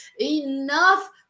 enough